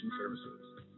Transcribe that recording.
services